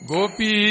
Gopi